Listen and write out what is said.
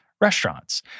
restaurants